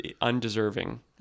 undeserving